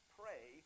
pray